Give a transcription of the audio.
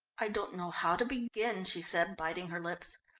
i don't know how to begin, she said, biting her lips.